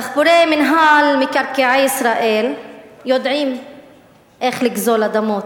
דחפורי מינהל מקרקעי ישראל יודעים איך לגזול אדמות.